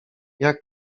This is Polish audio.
jak